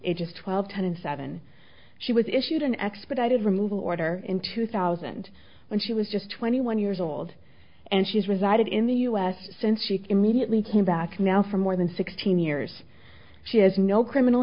ages twelve ten and seven she was issued an expedited removal order in two thousand when she was just twenty one years old and she's resided in the u s since she immediately came back now for more than sixteen years she has no criminal